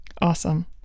Awesome